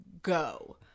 go